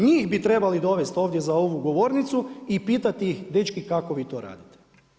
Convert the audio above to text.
Njih bi trebali dovesti ovdje za ovu govornicu i pitati ih dečki kako vi to radite.